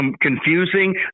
confusing